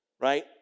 right